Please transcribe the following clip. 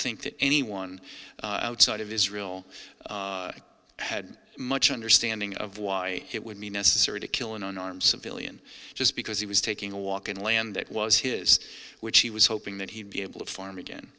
that anyone outside of israel had much understanding of why it would be necessary to kill an unarmed civilian just because he was taking a walk in land that was his which he was hoping that he'd be able to form again